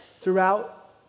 throughout